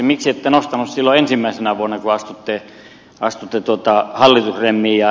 miksi ette nostaneet silloin ensimmäisenä vuonna kun astuitte hallitusremmiin